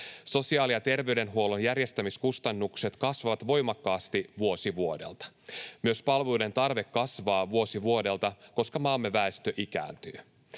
Sosiaali- ja terveydenhuollon järjestämiskustannukset kasvavat voimakkaasti vuosi vuodelta. Myös palveluiden tarve kasvaa vuosi vuodelta, koska maamme väestö ikääntyy.